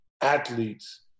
athletes